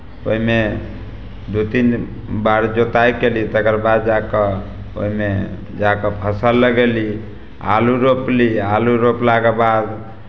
ओहिमे दू तीन बार जोताइ कयली तकर बाद जा कऽ ओहिमे जा कऽ फसल लगयली आलू रोपली आलू रोपलाके बाद